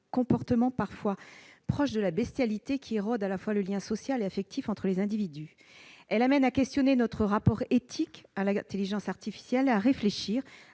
comportements parfois proches de la bestialité qui érodent le lien social et affectif entre les individus. Elle nous conduit à questionner notre rapport éthique à l'intelligence artificielle et à réfléchir